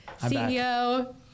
CEO